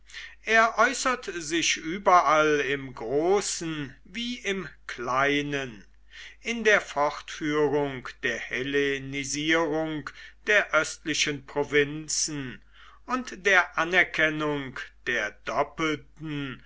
er äußert sich überall im großen wie im kleinen in der fortführung der hellenisierung der östlichen provinzen und der anerkennung der doppelten